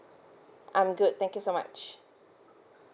I'm good thank you so much